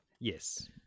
Yes